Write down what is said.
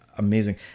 amazing